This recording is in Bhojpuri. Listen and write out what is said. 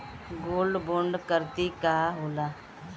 गोल्ड बोंड करतिं का होला?